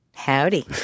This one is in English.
Howdy